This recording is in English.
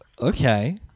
Okay